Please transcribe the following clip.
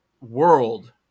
world